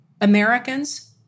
Americans